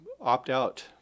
opt-out